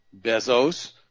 Bezos